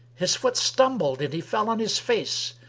his foot stumbled and he fell on his face,